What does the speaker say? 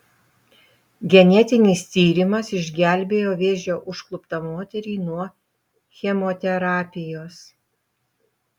genetinis tyrimas išgelbėjo vėžio užkluptą moterį nuo chemoterapijos